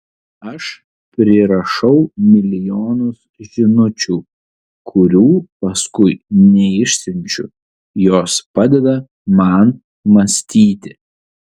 aš prirašau milijonus žinučių kurių paskui neišsiunčiu jos padeda man mąstyti